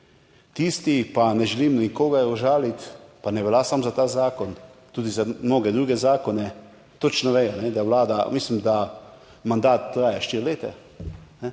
Tisti, pa ne želim nikogar užaliti, to ne velja samo za ta zakon, tudi za mnoge druge zakone, točno vejo, da mandat traja štiri leta,